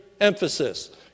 emphasis